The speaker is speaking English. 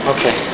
Okay